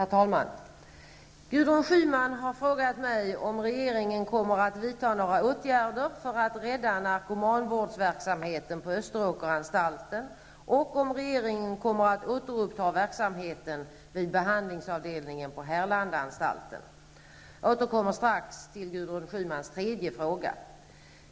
Herr talman! Gudrun Schyman har frågat mig om regeringen kommer att vidta några årgärder för att rädda narkomanvårdsverksamheten vid Österåkersanstalten och om regeringen kommer att återuppta verksamheten vid behandlingsavdelningen på Härlandaanstalten. Jag återkommer strax till Gudrun Schymans tredje fråga.